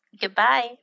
goodbye